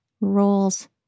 roles